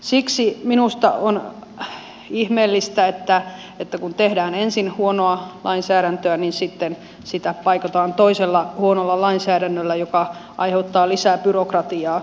siksi minusta on ihmeellistä että kun tehdään ensin huonoa lainsäädäntöä niin sitten sitä paikataan toisella huonolla lainsäädännöllä joka aiheuttaa lisää byrokratiaa